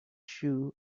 shoe